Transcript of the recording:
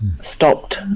stopped